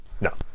No